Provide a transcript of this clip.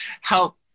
help